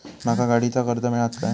माका गाडीचा कर्ज मिळात काय?